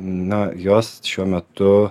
nu jos šiuo metu